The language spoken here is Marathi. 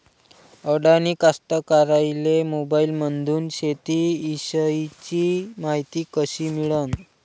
अडानी कास्तकाराइले मोबाईलमंदून शेती इषयीची मायती कशी मिळन?